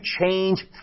change